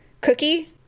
Cookie